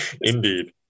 Indeed